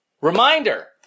Reminder